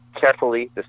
carefully